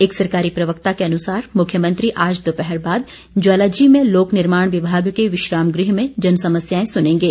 एक सरकारी प्रवक्ता के अनुसार मुख्यमंत्री आज दोपहर बाद ज्वालाजी में लोक निर्माण विभाग के विश्राम गृह में जन समस्यायें सुनेंगे